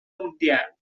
mundial